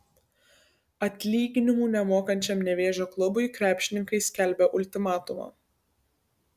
atlyginimų nemokančiam nevėžio klubui krepšininkai skelbia ultimatumą